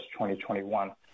2021